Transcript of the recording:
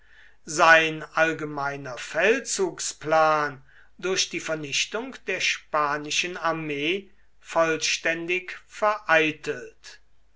sein allgemeiner feldzugsplan durch die vernichtung der spanischen armee vollständig vereitelt